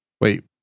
Wait